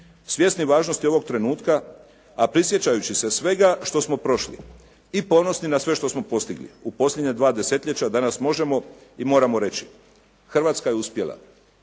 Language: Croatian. svjesni važnosti ovog trenutka, a prisjećajući se svega što smo prošli i ponosni na sve što smo postigli u posljednja dva desetljeća, danas možemo i moramo reći, Hrvatska je uspjela.